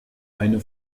eine